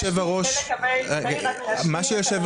היום כ"ח בסיון תשפ"ב, 27 ביוני 2022. נושא הדיון: